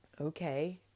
okay